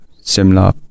similar